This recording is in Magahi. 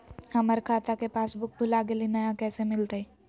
हमर खाता के पासबुक भुला गेलई, नया कैसे मिलतई?